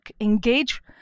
engage